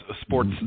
sports